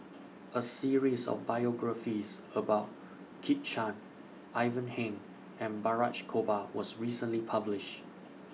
A series of biographies about Kit Chan Ivan Heng and Balraj Gopal was recently published